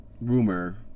rumor